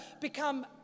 become